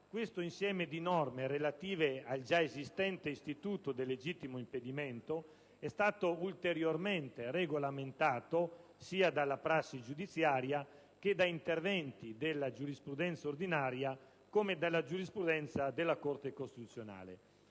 questo insieme di norme relative al già esistente istituto del legittimo impedimento è stato ulteriormente regolamentato sia dalla prassi giudiziaria che da interventi della giurisprudenza ordinaria, come dalla giurisprudenza della Corte costituzionale.